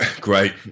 great